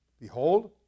Behold